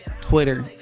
Twitter